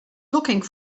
looking